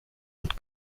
und